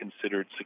considered